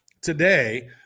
today